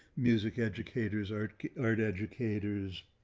music educators, our art educators